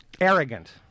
arrogant